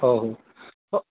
ହଉ ହଉ